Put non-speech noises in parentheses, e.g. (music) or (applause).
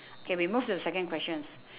(breath) K we move to the second questions